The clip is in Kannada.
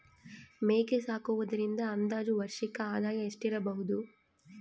ಮೇಕೆ ಸಾಕುವುದರಿಂದ ಅಂದಾಜು ವಾರ್ಷಿಕ ಆದಾಯ ಎಷ್ಟಿರಬಹುದು?